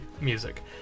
Music